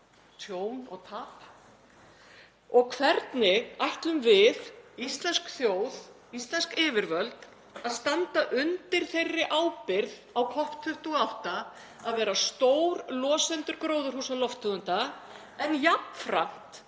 tjón og tap? Og hvernig ætlum við, íslensk þjóð, íslensk yfirvöld, að standa undir þeirri ábyrgð á COP28 að vera stórlosendur gróðurhúsalofttegunda en jafnframt